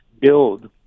build